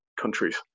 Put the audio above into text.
countries